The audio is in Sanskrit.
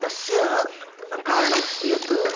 तस्य कारणमस्ति यत्